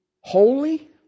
holy